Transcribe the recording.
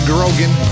Grogan